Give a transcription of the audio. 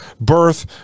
Birth